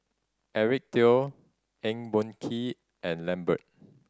Eric Teo Eng Boon Kee and Lambert